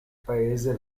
paese